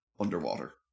underwater